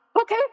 okay